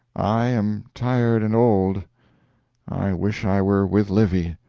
i am tired and old i wish i were with livy.